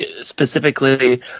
specifically